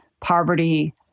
poverty